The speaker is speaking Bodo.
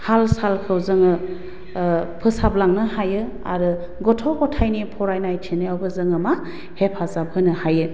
हाल सालखौ जोङो फोसाबलांनो हायो आरो गथ' गथायनि फरायनाय थिनायावबो जोङो मा हेफाजाब होनो हायो